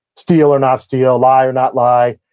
steal or not steal, lie or not lie,